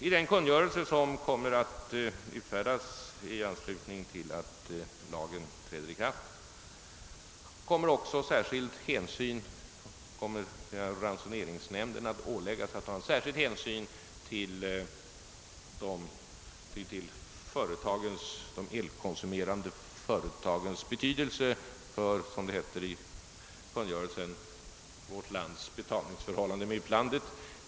I den kungörelse som kommer att utfärdas i anslutning till att lagen träder i kraft kommer också ransoneringsnämnden att åläggas att ta särskild hänsyn till de elkonsumerande företagens betydelse för »vårt lands betalningsförhållande med utlandet«.